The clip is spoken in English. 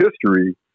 history